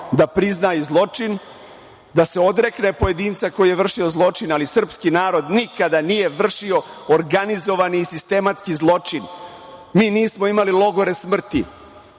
da prizna i zločin, da se odrekne pojedinca koji je vršio zločin, ali srpski narod nikada nije vršio organizovan i sistematski zločin. Mi nismo imali logore smrti.